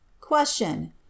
Question